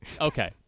Okay